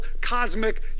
cosmic